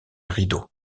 rideau